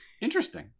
Interesting